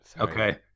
Okay